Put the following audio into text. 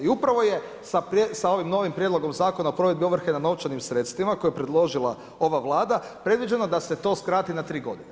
I upravo je sa ovim novim prijedlogom Zakona o provedbi ovrhe na novčanim sredstvima koje je predložila ova Vlada, predviđeno da se to skrati na 3 godine.